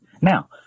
Now